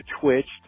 twitched